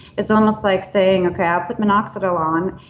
it's almost like saying, okay, i put minoxidil on.